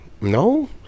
no